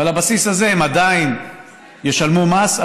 על הבסיס הזה הם עדיין ישלמו מס,